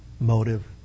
motive